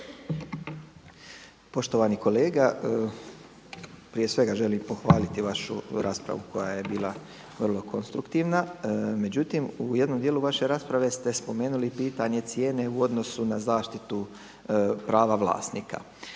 Poštovani kolega, prije svega želim pohvaliti vašu raspravu koja je bila vrlo konstruktivna. Međutim, u jednom dijelu vaše rasprave ste spomenuli i pitanje cijene u odnosu na zaštitu prava vlasnika.